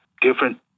different